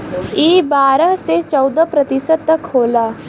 ई बारह से चौदह प्रतिशत तक होला